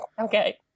Okay